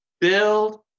Build